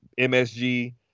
MSG